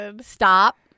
stop